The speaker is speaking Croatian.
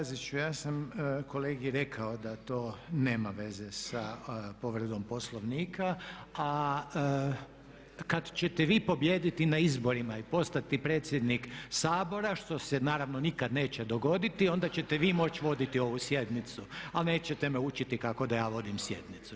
Kolega Staziću ja sam kolegi rekao da to nema veze sa povredom Poslovnika, a kad ćete vi pobijediti na izborima i postati predsjednika Sabora što se naravno nikad neće dogoditi, onda ćete vi moći voditi ovu sjednicu, ali nećete me učiti kako da ja vodim sjednicu.